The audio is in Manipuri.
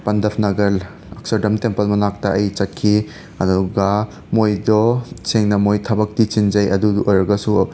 ꯄꯟꯗꯐ ꯅꯒꯔ ꯑꯛꯁꯔꯗꯝ ꯇꯦꯝꯄꯜ ꯃꯅꯥꯛꯇ ꯑꯩ ꯆꯠꯈꯤ ꯑꯗꯨꯒ ꯃꯣꯏꯗꯣ ꯁꯦꯡꯅ ꯃꯣꯏ ꯊꯕꯛꯇꯤ ꯆꯤꯟꯖꯩ ꯑꯗꯨ ꯑꯣꯏꯔꯒꯁꯨ